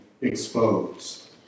exposed